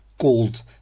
called